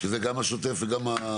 שזה גם השוטף וגם?